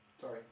Sorry